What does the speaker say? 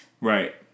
Right